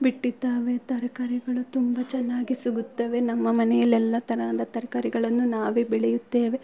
ಬಿಟ್ಟಿದ್ದಾವೆ ತರಕಾರಿಗಳು ತುಂಬ ಚೆನ್ನಾಗಿ ಸಿಗುತ್ತವೆ ನಮ್ಮ ಮನೆಯಲ್ಲೆಲ್ಲ ತೆರನಾದ ತರಕಾರಿಗಳನ್ನು ನಾವೇ ಬೆಳೆಯುತ್ತೇವೆ